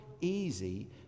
easy